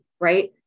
right